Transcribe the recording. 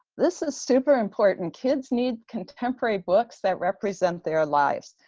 this is super important. kids need contemporary books that represent their lives.